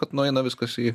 kad nueina viskas į